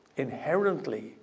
Inherently